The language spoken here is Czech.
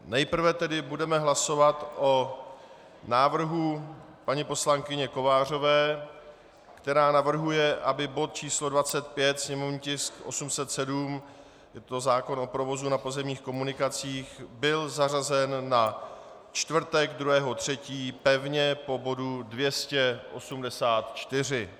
Nejprve budeme hlasovat o návrhu paní poslankyně Kovářové, která navrhuje, aby bod číslo 25, sněmovní tisk 807, zákon o provozu na pozemních komunikacích, byl zařazen na čtvrtek 2. 3. pevně po bodu 284.